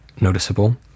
noticeable